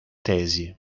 tesi